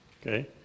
Okay